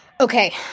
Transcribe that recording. Okay